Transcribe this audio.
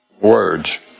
words